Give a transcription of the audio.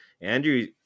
Andrew